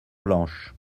blanches